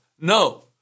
No